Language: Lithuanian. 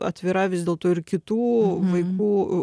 atvira vis dėlto ir kitų vaikų